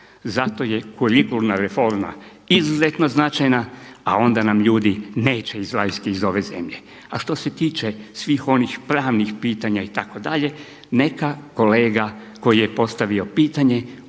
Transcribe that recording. Zato je kurikulna reforma izuzetno značajna a onda nam ljudi neće izlaziti iz ove zemlje. A što se tiče svih onih pravnih pitanja itd. neka kolega koji je postavio pitanje